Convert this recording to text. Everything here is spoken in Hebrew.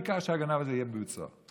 העיקר שהגנב הזה יהיה בבית סוהר.